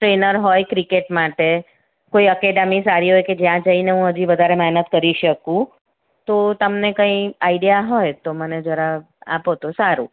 trainer હોય cricket માટે કોઈ એકેડમી સારી કે જ્યાં જઈને હું હજી વધારે મહેનત કરી શકું તો તમને કઈ આઇડિયા હોય તો મને જરા આપો તો સારું